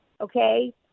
okay